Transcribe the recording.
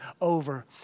over